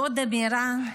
ועוד אמירה,